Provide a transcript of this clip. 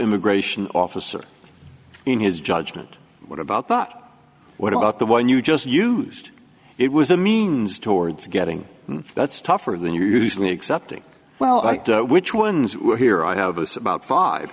immigration officer in his judgment what about but what about the one you just used it was a means towards getting that's tougher than you usually accepting well which ones were here i'd have us about five